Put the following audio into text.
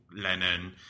Lennon